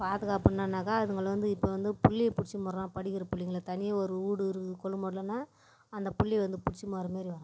பாதுகாப்புன்னுனாக்கால் அதுங்களை வந்து இப்போ வந்து பிள்ளைய பிடிச்சினு போகிறான் படிக்கிற பிள்ளைங்கள தனி ஒரு வீடு இருக்குது கொள்ளுமோடுலனால் அந்த பிள்ளைய வந்து பிடிச்சினு போவது